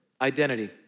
identity